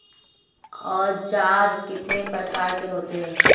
औज़ार कितने प्रकार के होते हैं?